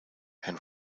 and